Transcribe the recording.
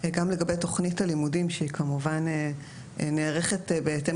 גם לגבי תוכנית הלימודים שהיא כמובן נערכת בהתאם